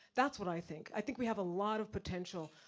that's what i think. i think we have a lot of potential,